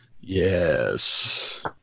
Yes